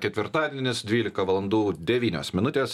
ketvirtadienis dvylika valandų devynios minutės